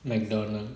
McDonald's